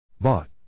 Bought